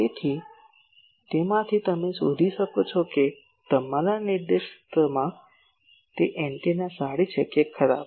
તેથી તેમાંથી તમે શોધી શકો છો કે તમારા નિર્દેશિતમાં તે એન્ટેના સારી છે કે ખરાબ